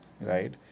right